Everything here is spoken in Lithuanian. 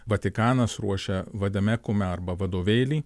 vatikanas ruošia vadame kumer arba vadovėlį